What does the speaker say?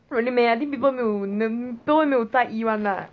really meh I think people 没有 people 没有在意 [one] lah